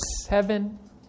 seven